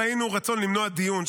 ראינו רצון למנוע דיון,